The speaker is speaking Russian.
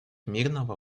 мирного